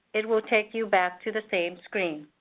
it will take you back to the same screen.